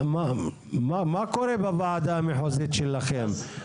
מה קורה בוועדה המחוזית שלכם?